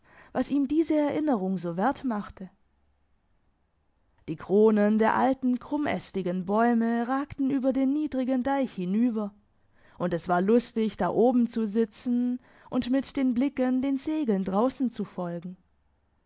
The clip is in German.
was ihm diese erinnerung so wert machte die kronen der alten krummästigen bäume ragten über den niedrigen deich hinüber und es war lustig da oben zu sitzen und mit den blicken den segeln draussen zu folgen